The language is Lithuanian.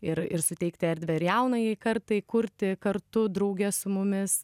ir ir suteikti erdvę ir jaunajai kartai kurti kartu drauge su mumis